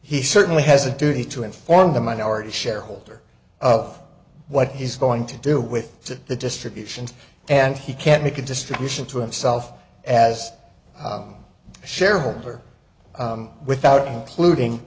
he certainly has a duty to inform the minority shareholder of what he's going to do with the distributions and he can't make a distribution to himself as a shareholder without polluting